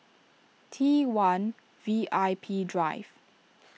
T one V I P Drive